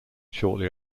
shortly